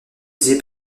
utilisé